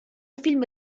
film